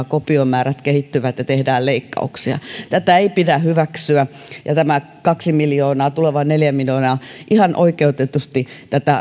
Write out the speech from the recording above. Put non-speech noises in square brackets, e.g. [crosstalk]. [unintelligible] kopiomäärät kehittyvät ja tehdään leikkauksia tätä ei pidä hyväksyä tämä kaksi miljoonaa ja tulevat neljä miljoonaa ihan oikeutetusti